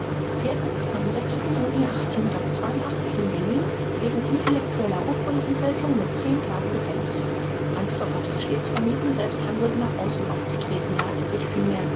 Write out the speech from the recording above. am juni in berlin wegen intellektueller urkundenfälschung mit tagen gefängnis reinsdorf hatte es stets vermieden selbsthandelnd nach außen aufzutreten er hatte sich vielmehr